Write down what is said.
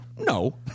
No